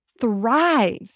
thrive